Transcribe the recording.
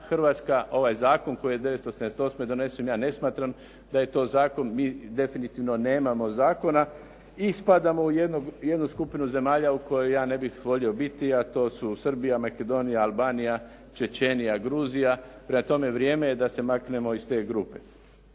Hrvatska ovaj zakon koji je 1978. donesao ja ne smatram da je to zakon. Mi definitivno nemamo zakona i spadamo u jednu skupinu zemalja u kojoj ja ne bih volio biti, a to Srbija, Makedonija, Albanija, Čečenija, Gruzija. Prema tome, vrijeme je da se maknemo iz te grupe.